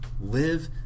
live